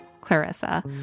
Clarissa